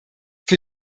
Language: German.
für